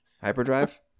Hyperdrive